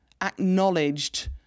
acknowledged